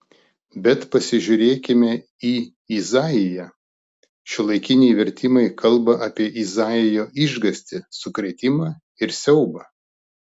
bet pasižiūrėkime į izaiją šiuolaikiniai vertimai kalba apie izaijo išgąstį sukrėtimą ir siaubą